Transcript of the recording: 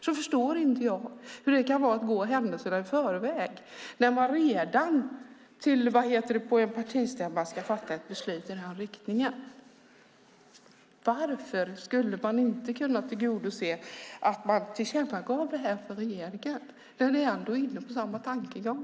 Jag förstår inte hur det kan vara att gå händelserna i förväg när man redan på partistämman ska fatta ett beslut i den här riktningen. Varför skulle ni inte kunna tillgodose att det här tillkännages för regeringen, när ni ändå är inne på samma tankegång?